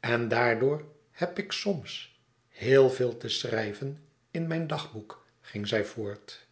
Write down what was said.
en daardoor heb ik soms heel veel te schrijven in mijn dagboek ging zij voort